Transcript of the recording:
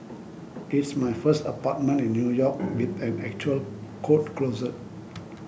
it's my first apartment in New York with an actual coat closet